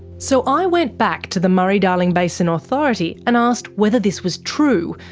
so i went back to the murray-darling basin authority and asked whether this was true,